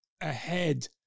ahead